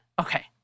Okay